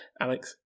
Alex